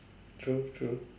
true true